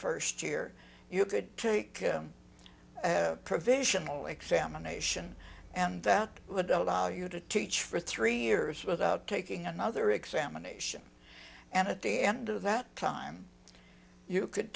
first year you could take provisional examination and that would allow you to teach for three years without taking another examination and at the end of that time you could